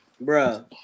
bro